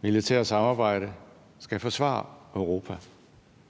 militære samarbejde skal forsvare Europa.